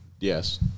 Yes